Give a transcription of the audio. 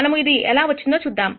మనము ఇది ఎలా వచ్చిందో చూద్దాం